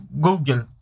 Google